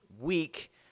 week